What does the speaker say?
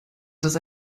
dass